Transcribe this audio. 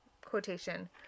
quotation